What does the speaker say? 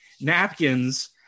napkins